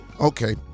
okay